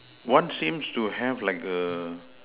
what seems to have like the